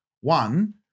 one